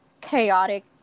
chaotic